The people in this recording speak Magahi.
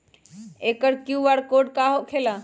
एकर कियु.आर कोड का होकेला?